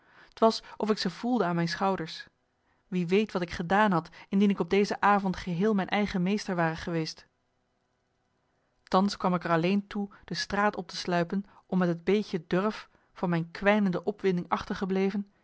t was of ik ze voelde aan mijn schouders wie weet wat ik gedaan had indien ik op deze avond geheel mijn eigen meester ware geweest thans kwam ik er alleen toe de straat op te sluipen om met het beetje durf van mijn kwijnende opwinding achtergebleven